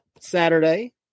saturday